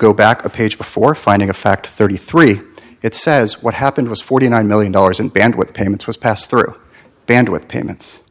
go back a page before finding of fact thirty three it says what happened was forty nine million dollars in bandwidth payments was passed through bandwidth payments